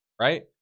right